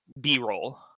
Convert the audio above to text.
B-roll